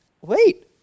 wait